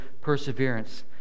perseverance